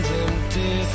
empty